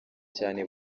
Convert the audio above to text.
cyane